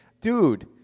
dude